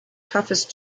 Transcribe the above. toughest